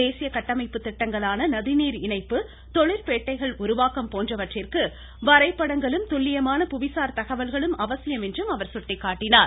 தேசிய கட்டமைப்பு திட்டங்களான நதி நீர் இணைப்பு தொழிற்பேட்டைகள் உருவாக்கம் போன்றவற்றிற்கு வரைபடங்களும் துல்லியமான புவிசார் தகவல்களும் அவசியம் என்றும் அவர் சுட்டிக்காட்டினார்